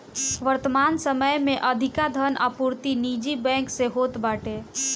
वर्तमान समय में अधिका धन आपूर्ति निजी बैंक से होत बाटे